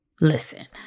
Listen